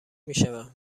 میشود